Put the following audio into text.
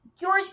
george